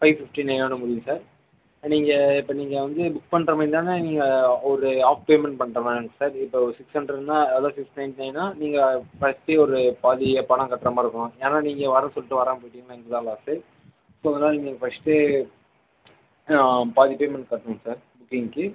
five fifty இன்றையோட முடியுது sir நீங்கள் இப்போ நீங்கள் வந்து புக் பண்ணுற மாதிரி தானே நீங்கள் ஒரு ஆஃப் பேமண்ட் பண்ணுற மாதிரி இருக்கும் சார் இப்போது சிக்ஸ் ஹண்ட்ரட்னால் அதுதான் சிக்ஸ் நையன்ட்டி நயன்னால் நீங்கள் மோஸ்ட்லி நீங்கள் ஒரு பாதி பணம் கட்டுகிற மாதிரி இருக்குது ஏன்னால் நீங்கள் வரேன்னு சொல்லிட்டு வராமல் இருந்திங்கனால் எங்களுக்கு தான் லாஸு ஸோ அதனால நீங்கள் ஃபர்ஸ்ட்டு பாதி பேமண்ட் கட்டணும் சார் புக்கிங்க்கு